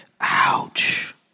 Ouch